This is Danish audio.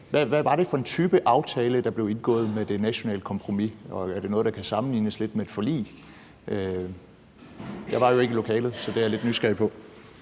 hvad var det for en type aftale, der blev indgået med det nationale kompromis? Og er det noget, der kan sammenlignes lidt med et forlig? Jeg var jo ikke i lokalet, så det er jeg lidt nysgerrig på.